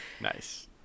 Nice